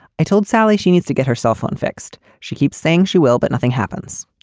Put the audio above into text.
i told sally she needs to get her cell phone fixed. she keeps saying she will, but nothing happens.